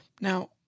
Now